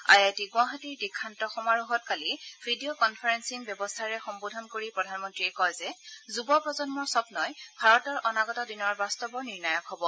I I T গুৱাহাটীৰ দীক্ষান্ত সমাৰোহত কালি ভিডিঅ কনফাৰেলিং ব্যৱস্থাৰে সম্বোধন কৰি প্ৰধানমন্ত্ৰীয়ে কয় যে যুৱ প্ৰজন্মৰ স্বগ্নই ভাৰতৰ অনাগত দিনৰ বাস্তৱৰ নিৰ্ণায়ক হ'ব